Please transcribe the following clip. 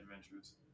adventures